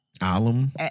Alum